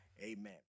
Amen